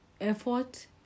effort